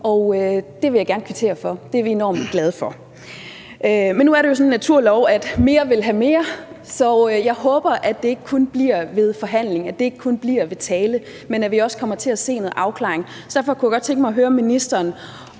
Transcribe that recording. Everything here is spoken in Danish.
det vil jeg gerne kvittere for. Det er vi enormt glade for. Men nu er det jo sådan en naturlov, at mere vil have mere, så jeg håber, at det ikke kun bliver ved forhandlinger, at det ikke kun bliver ved tale, men at vi også kommer til at se noget afklaring. Derfor kunne jeg godt tænke mig at høre ministeren,